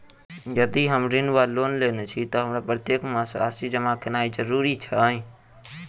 यदि हम ऋण वा लोन लेने छी तऽ हमरा प्रत्येक मास राशि जमा केनैय जरूरी छै?